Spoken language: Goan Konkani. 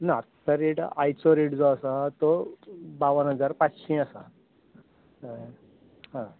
ना आयचो रेट जो आसा तो बावन हजार पांचशीं आसा कळ्ळें हय